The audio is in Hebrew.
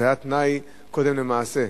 זה היה תנאי קודם למעשה.